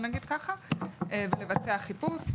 ולבצע חיפוש.